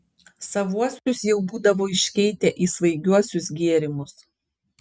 savuosius jau būdavo iškeitę į svaigiuosius gėrimus